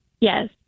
Yes